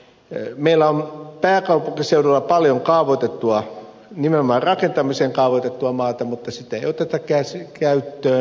meillä on pääkaupunkiseudulla paljon nimenomaan rakentamiseen kaavoitettua maata mutta sitä ei oteta käyttöön